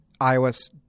iOS